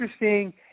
interesting